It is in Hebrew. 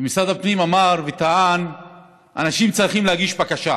משרד הפנים אמר וטען שאנשים צריכים להגיש בקשה,